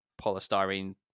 polystyrene